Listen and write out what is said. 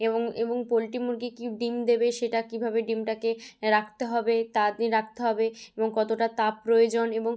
এবং এবং পোলট্রি মুরগি কী ডিম দেবে সেটা কীভাবে ডিমটাকে রাখতে হবে তা দিয়ে রাখতে হবে এবং কতটা তাপ প্রয়োজন এবং